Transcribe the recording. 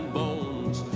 bones